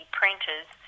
printers